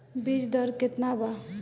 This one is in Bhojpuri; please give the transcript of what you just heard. बीज दर केतना बा?